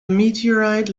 meteorite